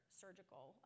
surgical